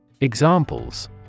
Examples